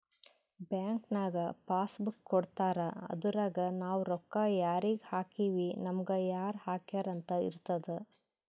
bank ನಾಗ್ passbook ಕೊಡ್ತಾರ ಅದುರಗೆ ನಾವ್ ರೊಕ್ಕಾ ಯಾರಿಗ ಹಾಕಿವ್ ನಮುಗ ಯಾರ್ ಹಾಕ್ಯಾರ್ ಅಂತ್ ಇರ್ತುದ್